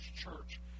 church